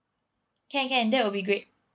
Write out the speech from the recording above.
can can that would be great